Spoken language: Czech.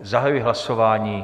Zahajuji hlasování.